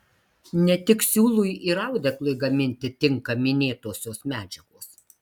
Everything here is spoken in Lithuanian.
ne tik siūlui ir audeklui gaminti tinka minėtosios medžiagos